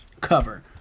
Cover